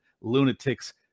lunatics